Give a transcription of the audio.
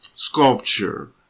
sculpture